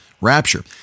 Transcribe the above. rapture